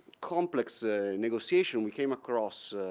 complex negotiation, we came across